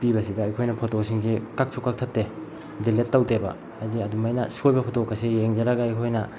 ꯄꯤꯕꯁꯤꯗ ꯑꯩꯈꯣꯏꯅ ꯐꯣꯇꯣꯁꯤꯡꯁꯦ ꯀꯛꯁꯨ ꯀꯛꯊꯠꯇꯦ ꯗꯤꯂꯦꯠ ꯇꯧꯗꯦꯕ ꯍꯥꯏꯗꯤ ꯑꯗꯨꯃꯥꯏꯅ ꯁꯣꯏꯕ ꯐꯣꯇꯣ ꯀꯥꯏꯁꯦ ꯌꯦꯡꯖꯔꯒ ꯑꯩꯈꯣꯏꯅ